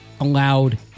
allowed